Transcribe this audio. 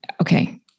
okay